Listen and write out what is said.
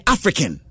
African